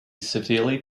severely